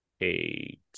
eight